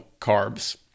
carbs